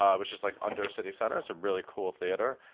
um which is like under city center. it's a really cool theater.